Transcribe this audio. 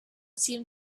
seemed